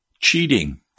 cheating